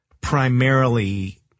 primarily